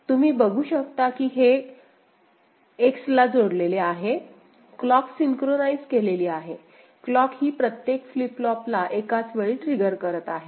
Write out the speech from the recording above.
तुम्ही बघू शकता की हे X ला जोडलेले आहे क्लॉक सिन्क्रोनाईज केलेली आहे क्लॉक ही प्रत्येक फ्लीप फ्लॉपला एकाच वेळी ट्रिगर करत आहे